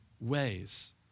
ways